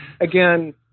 again